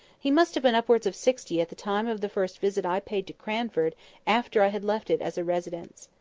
he must have been upwards of sixty at the time of the first visit i paid to cranford after i had left it as a residence.